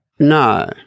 No